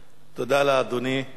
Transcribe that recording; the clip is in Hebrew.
תודה לאדוני.